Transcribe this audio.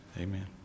Amen